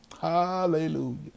Hallelujah